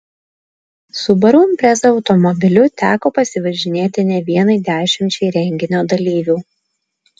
subaru impreza automobiliu teko pasivažinėti ne vienai dešimčiai renginio dalyvių